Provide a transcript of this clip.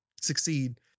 succeed